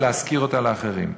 ולהשכיר אותה לאחרים.